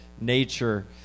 nature